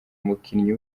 umukinyi